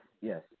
yes